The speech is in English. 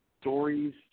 stories